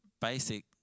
basic